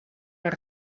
waar